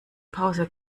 pause